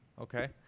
Okay